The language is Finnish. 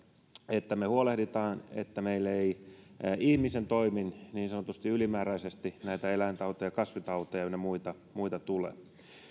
että me huolehdimme että meille ei ihmisen toimin niin sanotusti ylimääräisesti näitä eläintauteja kasvitauteja ynnä muita muita tule